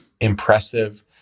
impressive